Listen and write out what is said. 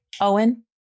Owen